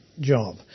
job